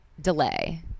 delay